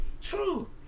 True